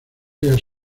ellas